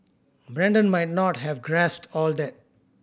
Brandon might not have grasped all that